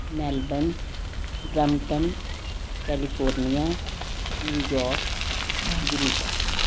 Melbourne Brampton California New York Winnipeg